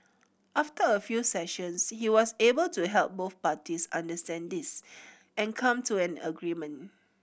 after a few sessions he was able to help both parties understand this and come to an agreement